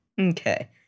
Okay